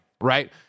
right